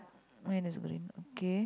mine is green okay